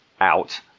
out